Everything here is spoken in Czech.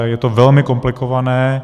Je to velmi komplikované.